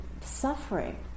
suffering